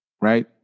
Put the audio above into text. Right